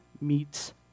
Meets